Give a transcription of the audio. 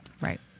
Right